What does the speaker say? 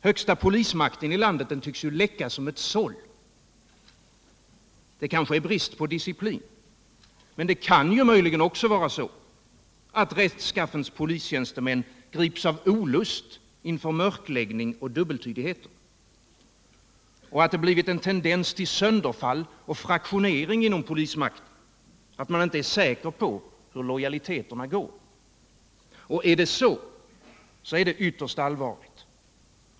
Högsta polismakten i landet tycks läcka som ett såll. Kanske är det Nr 137 brist på disciplin. Men det kan möjligen också vara så, att rättskaffens Tisdagen den polistjänstemän grips av olust inför mörkläggning och dubbeltydigheter. At 9 maj 1978 det blivit en tendens till sönderfall och fraktionering inom polismakten. Att i man inte är säker på hur lojaliteterna går. Är det så, är det ytterst allvarligt.